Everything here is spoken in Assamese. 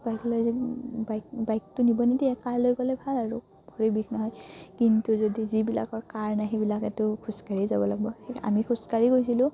বাইক লৈ বাইক বাইকটো নিব নিদিয়ে কাৰ লৈ গ'লে ভাল আৰু ভৰি বিষ নহয় কিন্তু যদি যিবিলাকৰ কাৰ নাই সেইবিলাকেতো খোজ কাঢ়ি যাব লাগিব সেই আমি খোজ কাঢ়ি গৈছিলোঁ